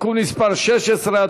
(תיקון מס' 16),